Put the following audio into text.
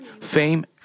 fame